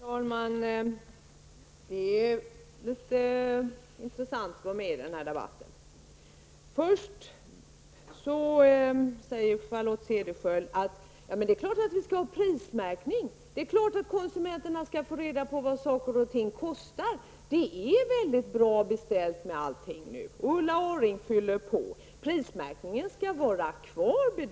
Herr talman! Det är intressant att delta i den här debatten. Charlotte Cederschiöld säger att det är klart att det skall vara prismärkning, att konsumenterna skall få reda på vad saker och ting kostar. Hon säger att allt är väl beställt nu. Ulla Orring fyller på och bedyrar att prismärkningen skall vara kvar.